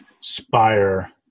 spire